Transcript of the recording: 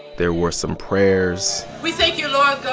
there were some prayers we thank you, lord